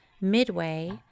Midway